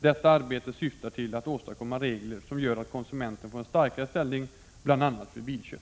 Detta arbete syftar till att åstadkomma regler som gör att konsumenten får en starkare ställning bl.a. vid bilköp.